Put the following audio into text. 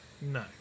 No